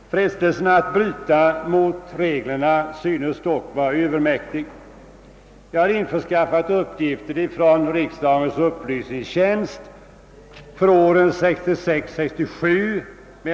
Frestelsen att bryta mot reglerna synes dock vara övermäktig. Jag har införskaffat uppgifter om beivranden från riksdagens upplysningstjänst för åren 1966 och 1967.